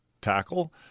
tackle